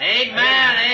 Amen